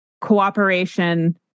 cooperation